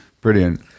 Brilliant